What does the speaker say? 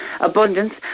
abundance